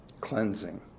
cleansing